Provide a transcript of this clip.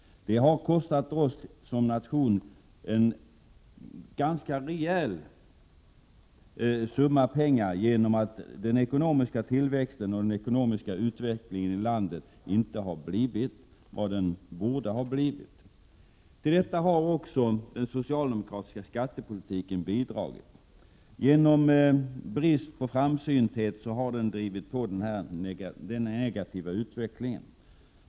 Det har kostat oss som nation en ganska rejäl summa pengar, genom att den ekonomiska tillväxten och den ekonomiska utvecklingen i landet inte har blivit vad den borde ha blivit. Till detta har också den socialdemokratiska skattepolitiken bidragit. Genom brist på framsynthet har den drivit på den negativa utvecklingen.